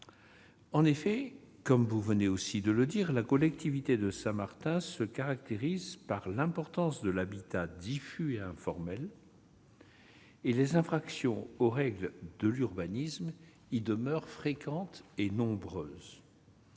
et de sécurité publique. En effet, la collectivité de Saint-Martin se caractérise par l'importance de l'habitat diffus et informel. Et les infractions aux règles de l'urbanisme y demeurent fréquentes et nombreuses,